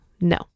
No